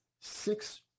six